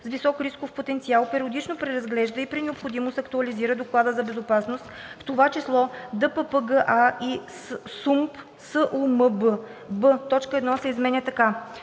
с висок рисков потенциал периодично преразглежда и при необходимост актуализира доклада за безопасност, в т.ч. ДППГА и СУМБ:“; б) точка 1 се изменя така: